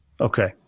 okay